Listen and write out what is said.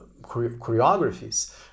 choreographies